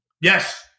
Yes